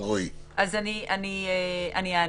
אענה.